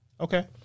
Okay